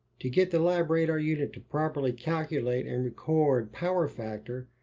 to get the labradar unit to properly calculate and record power factor,